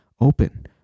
Open